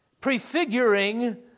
prefiguring